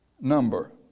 number